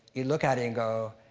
you look at it and go,